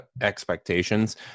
expectations